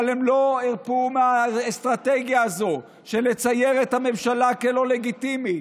אבל הם לא הרפו מהאסטרטגיה הזאת של לצייר את הממשלה כלא לגיטימית,